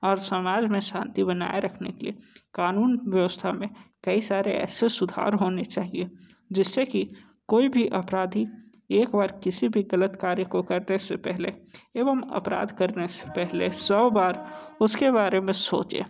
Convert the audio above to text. और समाज में शांति बनाए रखने की कानून व्यवस्था में कई सारे ऐसे सुधार होने चाहिये जिससे की कोई भी अपराधी एक वर्ग किसी भी गलत कार्य को करने से पहले एवं अपराध करने से पहले सौ बार उसके बारे में सोचे